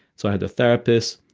so i had to a therapist.